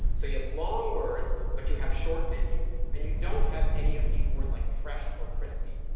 so you have long words, but you have short menus and you don't have any of these words like fresh or crispy.